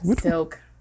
Silk